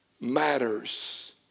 matters